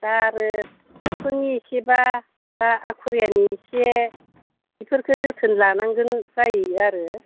दा आरो डाक्टरनि एसेबा दा आखुरियानि एसे बेफोरखौ जोथोन लानांगोन जायो आरो